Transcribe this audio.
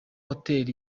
hotel